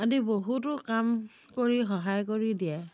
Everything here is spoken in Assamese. আদি বহুতো কাম কৰি সহায় কৰি দিয়ে